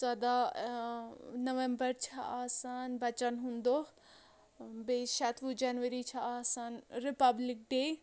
ژۄداہ نَومبر چھِ آسان بَچَن ہُنٛد دۄہ بیٚیہِ شَتوُہ جَنوری چھِ آسان رِپَبلِک ڈے